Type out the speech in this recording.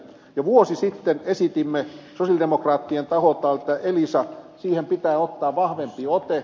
jo vuosi sitten esitimme sosialidemokraattien taholta että elisaan pitää ottaa vahvempi ote